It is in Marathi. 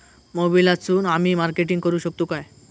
मोबाईलातसून आमी मार्केटिंग करूक शकतू काय?